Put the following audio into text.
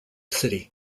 city